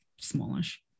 smallish